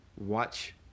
watch